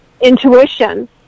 intuition